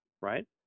right